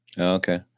Okay